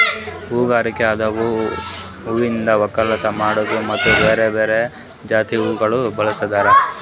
ಹೂಗಾರಿಕೆ ಅಂದುರ್ ಹೂವಿಂದ್ ಒಕ್ಕಲತನ ಮಾಡದ್ದು ಮತ್ತ ಬೇರೆ ಬೇರೆ ಜಾತಿ ಹೂವುಗೊಳ್ ಬೆಳಸದ್